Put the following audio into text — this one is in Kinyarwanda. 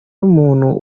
n’umuntu